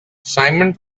simon